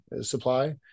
supply